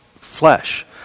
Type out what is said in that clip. Flesh